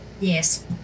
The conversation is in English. yes